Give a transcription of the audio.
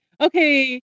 okay